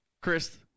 Chris